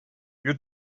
you